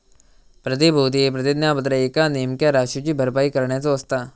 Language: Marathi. प्रतिभूती प्रतिज्ञापत्र एका नेमक्या राशीची भरपाई करण्याचो असता